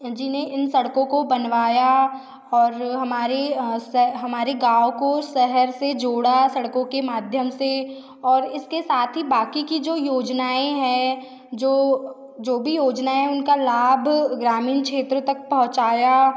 जी ने इन सड़को को बनवाया और हमारी हमारे गाँव को शहर से जोड़ा सड़कों के माध्यम से और इसके साथ ही बाक़ी की जो योजनाएँ हैं जो जो भी योजना हैं उनका लाभ ग्रामीण क्षेत्र तक पहुंचाया